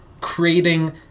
creating